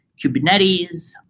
Kubernetes